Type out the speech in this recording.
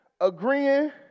agreeing